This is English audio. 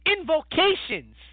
invocations